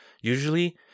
usually